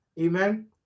Amen